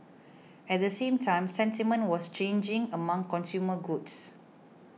at the same time sentiment was changing among consumer goods